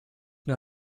nur